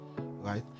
right